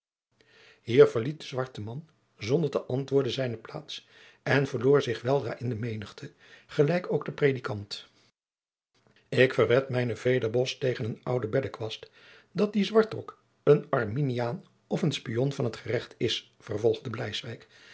hier verliet de zwarte man zonder te antwoorden zijne plaats en verloor zich weldra in de menigte gelijk ook de predikant ik verwed mijnen vederbos tegen een oude beddekwast dat die zwartrok een arminiaan of een spion van t gerecht is vervolgde